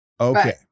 Okay